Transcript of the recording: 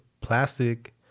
plastic